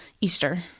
Easter